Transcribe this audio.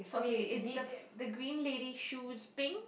okay is the the green lady shoes pink